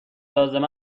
لازم